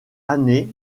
années